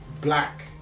black